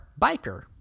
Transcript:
biker